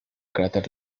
cráter